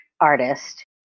artist